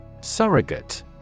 Surrogate